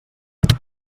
hàbil